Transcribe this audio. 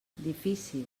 difícil